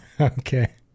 Okay